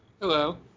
Hello